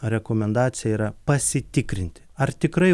rekomendacija yra pasitikrinti ar tikrai